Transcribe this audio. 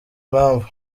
impavu